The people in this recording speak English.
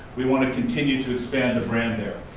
we want to continue to expand the brand there.